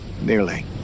nearly